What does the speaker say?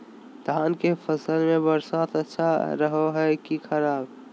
धान के फसल में बरसात अच्छा रहो है कि खराब?